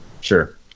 Sure